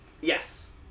Yes